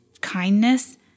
kindness